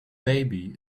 baby